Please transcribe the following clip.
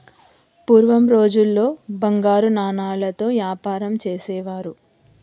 పూర్వం రోజుల్లో బంగారు నాణాలతో యాపారం చేసేవారు